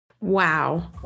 Wow